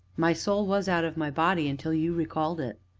my soul was out of my body until you recalled it.